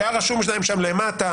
שהיה רשום להם שם למטה: